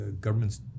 governments